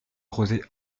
rosée